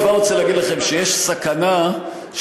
אני כבר רוצה להגיד לכם שיש סכנה שאני